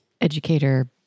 educator